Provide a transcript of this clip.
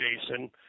Jason